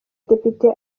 depite